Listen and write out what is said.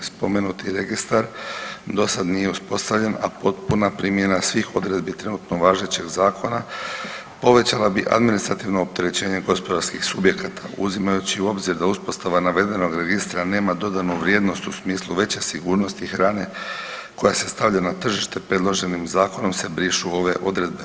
Spomenuti registar do sad nije uspostavljen, a potpuna primjena svih odredbi trenutno važećeg zakona povećala bi administrativno opterećenje gospodarskih subjekata uzimajući u obzir da uspostava navedenog registra nema dodanu vrijednost u smislu veće sigurnosti hrane koja se stavlja na tržište i predloženim zakonom se brišu ove odredbe.